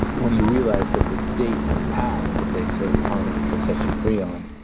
when you realized that this date has passed that they sort of promised to set you free on